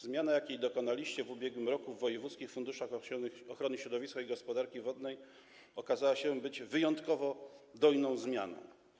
Zmiana, jakiej dokonaliście w ubiegłym roku w wojewódzkich funduszach ochrony środowiska i gospodarki wodnej, okazała się wyjątkowo dojną zmianą.